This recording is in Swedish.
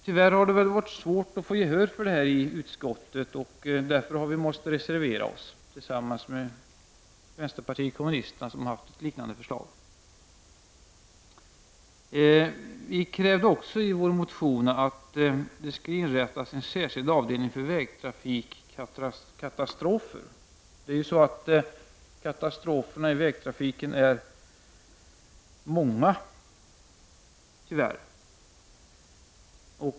Tyvärr har det varit svårt att få gehör för detta i utskottet, och därför har vi måst reservera oss, tillsammans med vänsterpartiet kommunisterna som haft ett liknande förslag. Vi krävde också i vår motion att det skall inrättas en särskild avdelning för vägtrafikkatastrofer. Katastroferna i vägtrafiken är många, tyvärr.